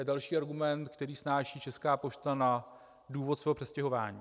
To je další argument, který snáší Česká pošta na důvod svého přestěhování.